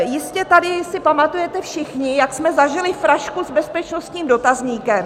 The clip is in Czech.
Jistě si tady pamatujete všichni, jakou jsme zažili frašku s bezpečnostním dotazníkem.